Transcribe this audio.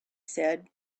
said